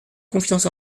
confiance